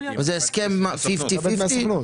זה 50-50?